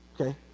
okay